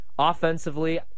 Offensively